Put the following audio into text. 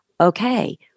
okay